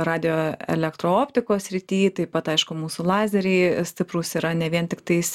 radijo elektrooptikos srity taip pat aišku mūsų lazeriai stiprūs yra ne vien tiktais